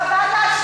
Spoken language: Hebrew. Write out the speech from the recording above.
חוות דעת.